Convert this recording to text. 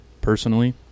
personally